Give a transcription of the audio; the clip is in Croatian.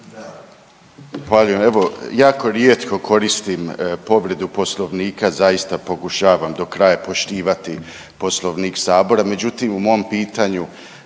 Zahvaljujem. Evo jako rijetko koristim povredu Poslovnika, zaista pokušavam do kraja poštivati Poslovnik sabora, međutim u mom pitanju